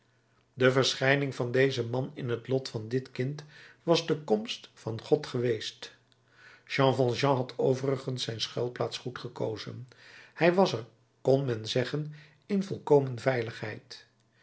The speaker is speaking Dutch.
de verschijning van dezen man in het lot van dit kind was de komst van god geweest jean valjean had overigens zijn schuilplaats goed gekozen hij was er kon men zeggen in volkomen veiligheid